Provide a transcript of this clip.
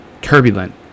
turbulent